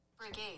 Brigade